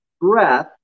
breath